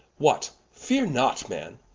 what, feare not man,